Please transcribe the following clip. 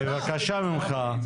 המחוזית.